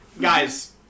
guys